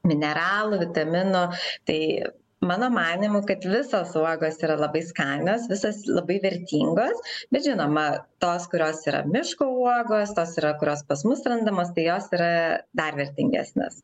mineralų vitaminų tai mano manymu kad visos uogos yra labai skanios visos labai vertingos bet žinoma tos kurios yra miško uogos tos yra kurios pas mus randamos tai jos yra dar vertingesnės